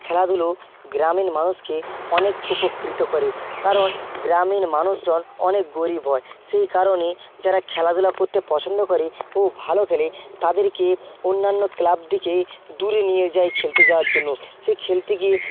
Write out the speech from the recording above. খেলাধুলো গ্রামীণ মানুষকে অনেক উপকৃত করে কারণ গ্রামীণ মানুষজন অনেক গরিব হয় সেই কারণে যারা খেলাধূলা করতে পছন্দ করে ও ভালো খেলে তাদেরকে অন্যান্য ক্লাব থেকে দূরে নিয়ে যায় খেলতে যাওয়ার জন্য সে খেলতে গিয়ে